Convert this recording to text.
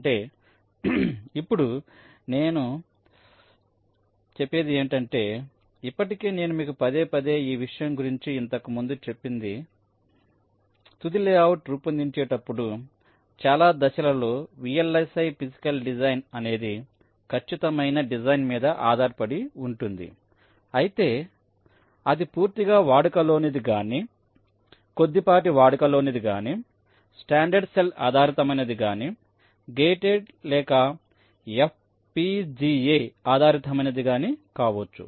అంటే ఇప్పుడు నేను అనేది ఏమిటంటే ఇప్పటికే నేను మీకు పదేపదే ఈ విషయం గురించి ఇంతకు ముందు చెప్పింది ఏమిటంటే తుది లేఅవుట్ రూపొందించేటప్పుడు చాలా దశలలో V L S I physical design అనేది ఖచ్చితమైన డిజైన్ మీద ఆధారపడి ఉంటుంది అయితే అది పూర్తిగా వాడుకలోనిది గాని కొద్దిపాటి వాడుకలోనిది గాని స్టాండర్డ్ సెల్ ఆధారితమైనది గాని గేటెడ్ లేక ఎఫ్ పి జి ఎ ఆధారితమైనది గాని కావచ్చు